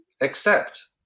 accept